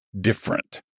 different